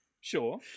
Sure